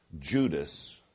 Judas